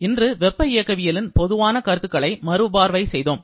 இன்று வெப்ப இயக்கவியலின் பொதுவான கருத்துக்களை மறுபார்வை செய்தோம்